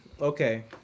okay